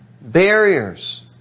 barriers